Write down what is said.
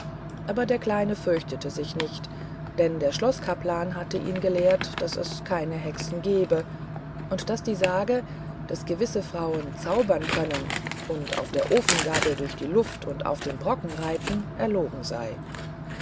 aber der kleine fürchtete sich nicht denn der schloßkaplan hatte ihn gelehrt daß es keine hexen gebe und daß die sage daß gewisse frauen zaubern können und auf der ofengabel durch die luft und auf den brocken reiten erlogen sei